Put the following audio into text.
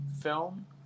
film